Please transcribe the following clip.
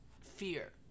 fear